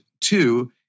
two